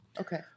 Okay